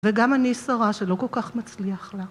וגם אני שרה שלא כל כך מצליח לה.